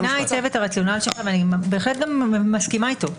אני מבינה היטב את הרציונל שלך ובהחלט מסכימה איתו.